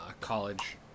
college